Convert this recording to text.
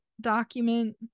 document